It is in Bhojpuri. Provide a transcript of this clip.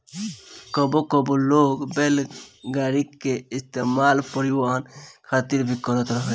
कबो कबो लोग बैलगाड़ी के इस्तेमाल परिवहन खातिर भी करत रहेले